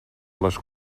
les